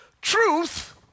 Truth